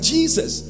Jesus